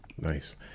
Nice